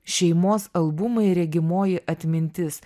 šeimos albumai regimoji atmintis